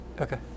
Okay